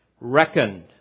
reckoned